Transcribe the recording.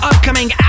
Upcoming